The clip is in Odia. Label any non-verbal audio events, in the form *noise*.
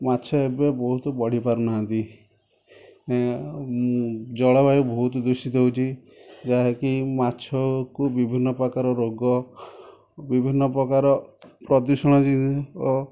ମାଛ ଏବେ ବହୁତ ବଢ଼ିପାରୁନାହାନ୍ତି ଜଳବାୟୁ ବହୁତ ଦୂଷିତ ହେଉଛି ଯାହାକି ମାଛକୁ ବିଭିନ୍ନ ପ୍ରକାର ରୋଗ ବିଭିନ୍ନ ପ୍ରକାର ପ୍ରଦୂଷଣ *unintelligible* ଓ